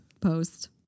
post